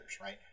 right